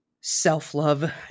self-love